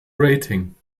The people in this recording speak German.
rating